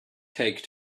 take